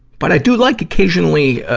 but i do like occasionally, ah,